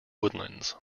woodlands